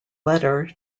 letter